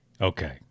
Okay